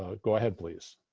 ah go ahead please.